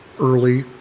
early